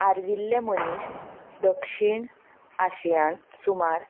आर्विल्ले मनीस दक्षीण आशियांत सुमार